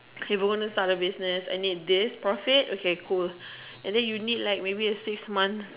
Kay we gonna start a business I need this profit okay cool and then you need like maybe six month